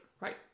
right